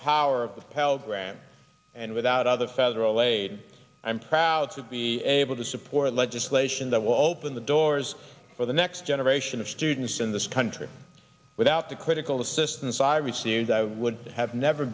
grant and without other federal aid i'm proud to be able to support legislation that will open the doors for the next generation of students in this country without the critical assistance i received i would have never